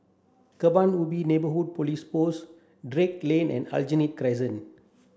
Kebun Ubi Neighbourhood Police Post Drake Lane and Aljunied Crescent